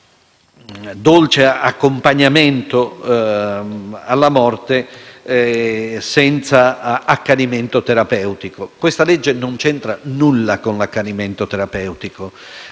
dolce accompagnamento alla morte senza accanimento terapeutico. Questa legge non c'entra nulla con l'accanimento terapeutico.